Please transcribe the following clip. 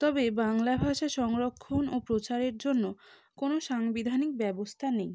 তবে বাংলা ভাষা সংরক্ষণ ও প্রচারের জন্য কোনো সাংবিধানিক ব্যবস্থা নেই